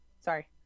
sorry